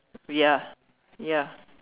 ya ya